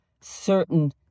certain